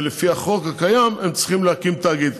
ועל פי החוק הקיים הם צריכים להקים תאגיד,